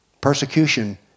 persecution